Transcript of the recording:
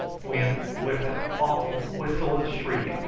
when, with an awful whistle and shriek,